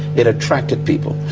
it attracted people.